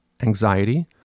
anxiety